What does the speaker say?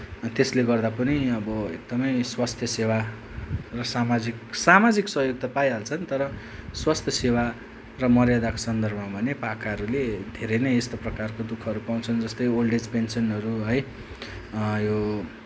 त्यसले गर्दा पनि अब एकदमै स्वास्थ्य सेवा र सामाजिक सामाजिक सहयोग त पाइहाल्छन् तर स्वास्थ्य सेवा र मर्यादाको सन्दर्भमा भने पाकाहरूले धेरै नै यस्तो प्रकारको दुःखहरू पाउँछन् जस्तो ओल्ड एज पेन्सनहरू है यो